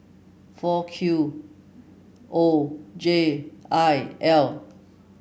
four Q O J I L